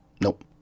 Nope